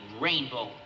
rainbow